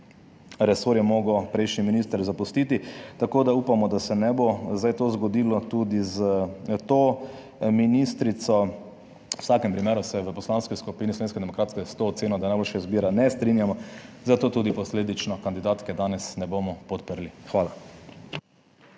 resor je moral prejšnji minister zapustiti, tako da upamo, da se ne bo zdaj to zgodilo tudi s to ministrico. V vsakem primeru se v Poslanski skupini Slovenske demokratske s to oceno, da je najboljša izbira ne strinjamo, zato tudi posledično kandidatke danes ne bomo podprli. Hvala.